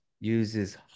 uses